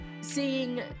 seeing